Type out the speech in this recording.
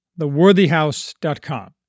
theworthyhouse.com